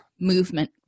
movement